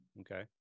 okay